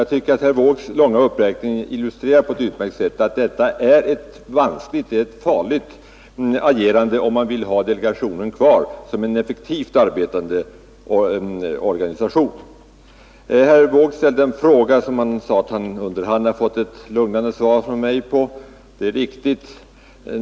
Jag tycker att herr Wåågs långa uppräkning på ett utmärkt sätt illustrerar att det är ett vanskligt, ett farligt agerande, om man vill ha delegationen som en effektivt arbetande organisation. Herr Wååg ställde en fråga på vilken han sade sig under hand ha fått ett lugnande svar från mig. Det är riktigt.